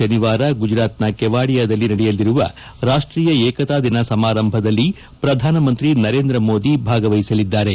ಶನಿವಾರ ಗುಜರಾತ್ನ ಕೆವಾಡಿಯಾದಲ್ಲಿ ನಡೆಯಲಿರುವ ರಾಷ್ಷೀಯ ಏಕತಾ ದಿನ ಸಮಾರಂಭದಲ್ಲಿ ಪ್ರಧಾನಮಂತ್ರಿ ನರೇಂದ್ರ ಮೋದಿ ಭಾಗವಹಿಸಲಿದ್ದಾರೆ